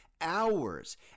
hours